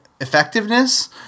effectiveness